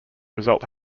result